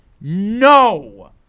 No